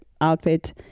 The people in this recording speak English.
outfit